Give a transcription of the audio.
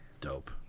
Dope